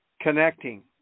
connecting